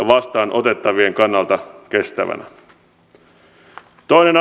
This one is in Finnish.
vastaanotettavien kannalta kestävänä toinen